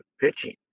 pitching